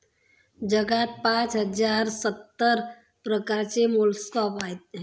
जगात पाच हजार सत्तर प्रकारचे मोलस्कास आहेत